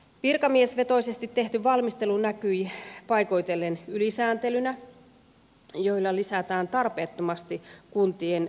virkamiesvetoisesti tehty valmistelu näkyi paikoitellen ylisääntelynä jolla lisätään tarpeettomasti kuntien normiohjausta